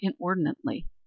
inordinately